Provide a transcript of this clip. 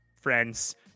friends